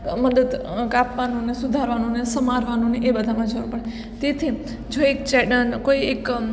મતલબ કાપવાનું અને સુધારવાનું ને સ્મારવાનું ને એ બધામાં જવું પડે તેથી જો એક કોઈ એક